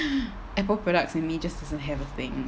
apple products and me just doesn't have a thing